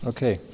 Okay